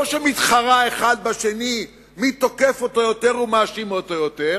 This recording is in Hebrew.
לא שמתחרה אחד בשני מי תוקף אותו יותר ומאשים אותו יותר,